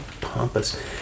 pompous